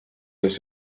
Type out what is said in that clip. los